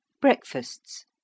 Breakfasts